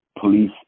police